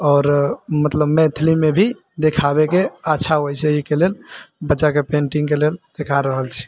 आओर मतलब मैथिलीमे भी देखाबैके अच्छा होइ छै एहिके लेल बच्चाके पेन्टिङ्गके लेल सिखा रहल छी